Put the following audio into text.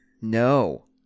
No